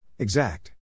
Exact